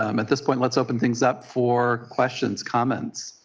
um at this point, let's open things up for questions, comments,